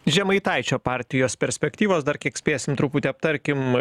žemaitaičio partijos perspektyvos dar kiek spėsim truputį aptarkim